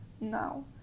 now